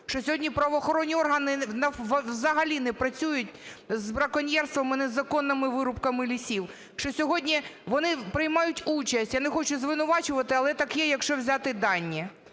що сьогодні правоохоронні органи взагалі не працюють з браконьєрством і незаконними вирубками лісів, що сьогодні вони приймають участь, я не хочу звинувачувати, але так є, якщо взяти дані.